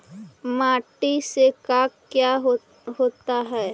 माटी से का क्या होता है?